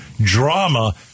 drama